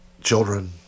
children